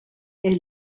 est